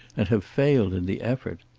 and have failed in the effort?